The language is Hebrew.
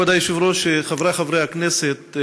כבוד היושב-ראש, חבריי חברי הכנסת,